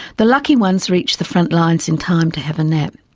the lucky ones reached the front lines in time to have a nap.